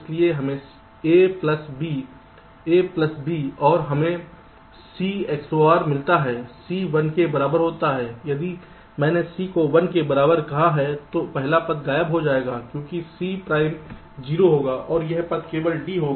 इसलिए हमें A plus B A plus B और हमें C XOR मिलता है C 1के बराबर होता है यदि मैंने C को 1 के बराबर कहा है तो पहला पद गायब हो जाएगा क्योंकि C प्राइम 0 होगा और यह पद केवल D होगा